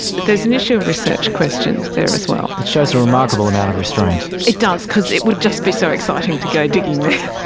there's an issue of research question there as well. it shows a remarkable amount of restraint. it does because it would just be so exciting to go digging there.